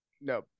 no